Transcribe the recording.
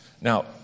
Now